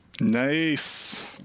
Nice